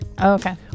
Okay